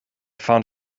found